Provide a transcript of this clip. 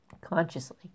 consciously